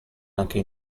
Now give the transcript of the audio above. anche